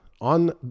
on